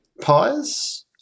pies